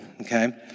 Okay